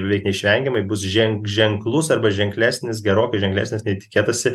beveik neišvengiamai bus žen ženklus arba ženklesnis gerokai ženklesnis nei tikėtasi